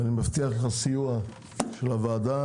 אני מבטיח לך סיוע של הוועדה,